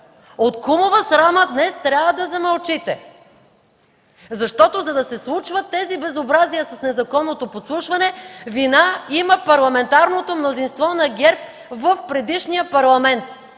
От кумова срама днес трябва да замълчите! Защото, за да се случват тези безобразия с незаконното подслушване вина има парламентарната мнозинство на ГЕРБ в предишния Парламент,